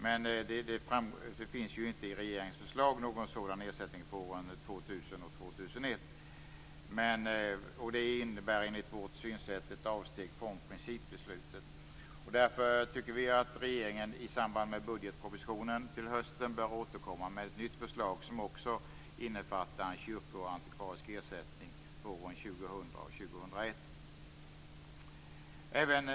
Men det finns i regeringens förslag inte någon sådan ersättning för åren 2000 och 2001. Det innebär enligt vårt synsätt ett avsteg från principbeslutet. Därför bör regeringen i samband med budgetpropositionen till hösten återkomma med nytt förslag som också innefattar en kyrkoantikvarisk ersättning för åren 2000 och 2001.